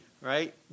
right